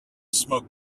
smoke